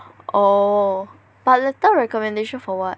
oh but letter recommendation for what